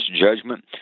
judgment